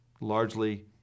largely